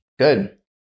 Good